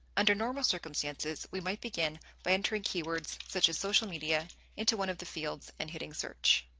under normal circumstances we might begin by entering keywords, such as social media into one of the fields and hitting search.